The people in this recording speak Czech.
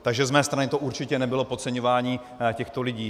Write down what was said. Takže z mé strany to určitě nebylo podceňování těchto lidí.